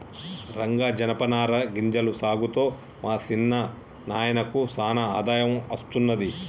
రంగా జనపనార గింజల సాగుతో మా సిన్న నాయినకు సానా ఆదాయం అస్తున్నది